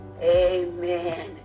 amen